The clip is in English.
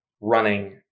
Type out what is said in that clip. running